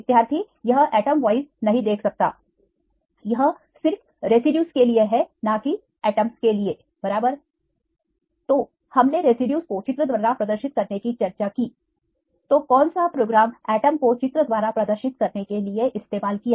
विद्यार्थी यह एटॉमवाइज नहीं दे सकता यह सिर्फ रेसिड्यूज के लिए है ना कि परमाणु के लिए बराबर तो हमने रेसिड्यूज को चित्र द्वारा प्रदर्शित करने की चर्चा की तो कौन सा प्रोग्राम परमाणु को चित्र द्वारा प्रदर्शित करने के लिए इस्तेमाल किया